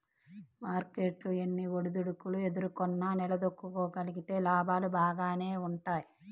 market ఎన్ని ఒడిదుడుకులు ఎదుర్కొన్నా నిలదొక్కుకోగలిగితే లాభాలు బాగానే వుంటయ్యి